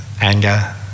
anger